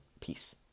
Peace